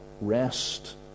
rest